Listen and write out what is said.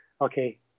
okay